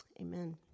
amen